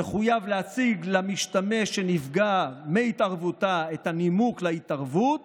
תחויב להציג למשתמש שנפגע מהתערבותה את הנימוק להתערבות